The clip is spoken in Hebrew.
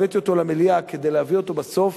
הבאתי אותו למליאה כדי להביא אותו בסוף